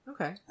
Okay